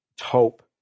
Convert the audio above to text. hope